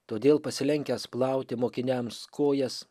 todėl pasilenkęs plauti mokiniams kojas